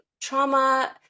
trauma